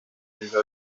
nziza